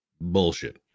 Bullshit